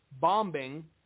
bombing